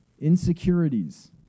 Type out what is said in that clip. insecurities